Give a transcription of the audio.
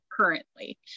currently